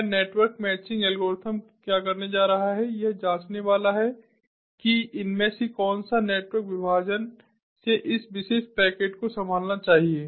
वह network matching algorithm क्या करने जा रहा है यह जांचने वाला है कि इनमें से कौन सा नेटवर्क विभाजन से इस विशेष पैकेट को संभालना चाहिए